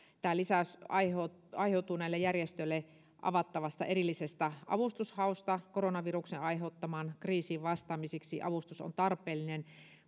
tämä lisäys aiheutuu aiheutuu näille järjestöille avattavasta erillisestä avustushausta koronaviruksen aiheuttamaan kriisiin vastaamiseksi ja avustus on tarpeellinen